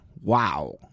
Wow